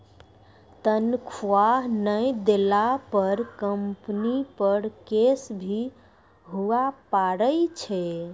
तनख्वाह नय देला पर कम्पनी पर केस भी हुआ पारै छै